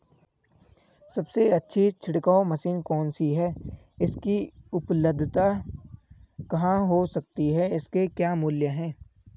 सबसे अच्छी छिड़काव मशीन कौन सी है इसकी उपलधता कहाँ हो सकती है इसके क्या मूल्य हैं?